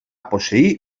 posseir